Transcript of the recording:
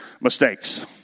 mistakes